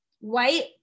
white